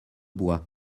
bois